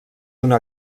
una